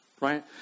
right